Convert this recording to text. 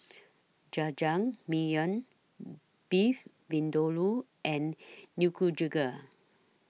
Jajangmyeon Beef Vindaloo and Nikujaga